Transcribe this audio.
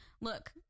look